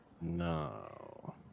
no